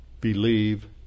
believe